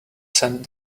sent